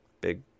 Big